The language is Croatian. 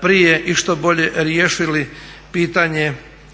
prije i što bolje riješili pitanje